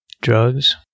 drugs